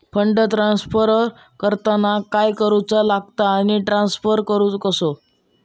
Fund transfer करताना काय करुचा लगता आनी ट्रान्स्फर कसो करूचो?